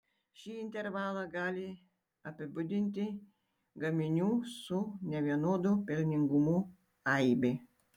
šį intervalą gali apibūdinti gaminių su nevienodu pelningumu aibė